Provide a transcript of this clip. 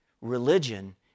Religion